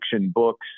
books